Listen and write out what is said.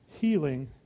healing